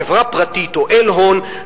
חברה פרטית או איל הון,